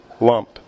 lump